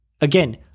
again